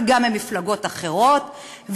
אבל גם ממפלגות אחרות,